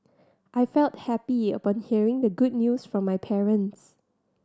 I felt happy upon hearing the good news from my parents